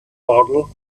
bottle